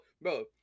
bro